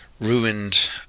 ruined